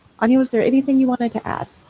anya was there anything you wanted to add?